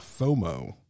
FOMO